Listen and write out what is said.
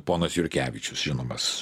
ponas jurkevičius žinomas